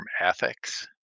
ethics